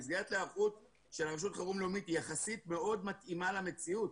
המסגרת להיערכות של רשות החירום לאומית מאוד יחסית מתאימה למציאות.